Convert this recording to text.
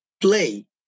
play